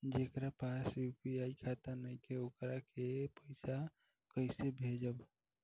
जेकरा पास यू.पी.आई खाता नाईखे वोकरा के पईसा कईसे भेजब?